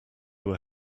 were